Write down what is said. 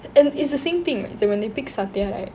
and it's the same thing when they pick satya right